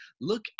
look